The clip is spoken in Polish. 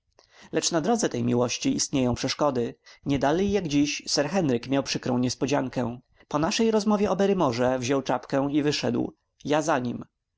lecz na drodze tej miłości istnieją przeszkody niedalej jak dziś sir henryk miał przykrą niespodziankę po naszej rozmowie o barrymorze wziął czapkę i wyszedł ja za nim